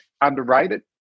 underrated